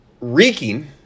reeking